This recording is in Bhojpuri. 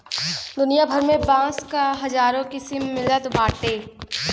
दुनिया भर में बांस क हजारो किसिम मिलत बाटे